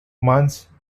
months